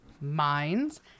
Minds